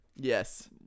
Yes